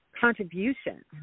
contribution